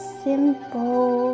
simple